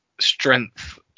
strength